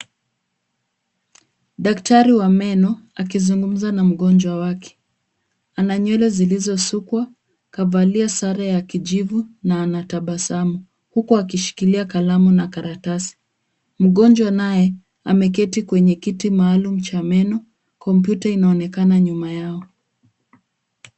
Daktari wa meno akizungumza na mgonjwa wake, ana nywele zilizosukwa, kavalia sare ya kijivu na anatabasamu huku akishikilia kalamu na karatasi. Mgonjwa naye ameketi kwenye kiti maalum cha meno, kompyuta inaonekana nyuma yao.